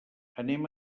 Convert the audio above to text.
anem